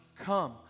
Come